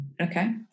okay